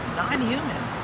non-human